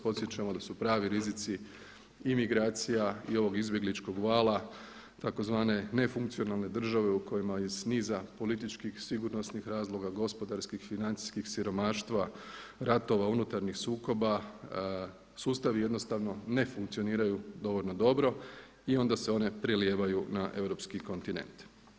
Podsjećamo da su pravi rizici imigracija i ovog izbjegličkog vala tzv. nefunkcionalne države u kojima iz niza političkih sigurnosnih razloga, gospodarskih, financijskih, siromaštva, ratova, unutarnjih sukoba sustavi jednostavno ne funkcioniraju dovoljno dobro i onda se one prelijevaju na europski kontinent.